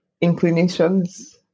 inclinations